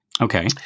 Okay